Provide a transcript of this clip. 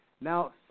Now